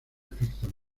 afectan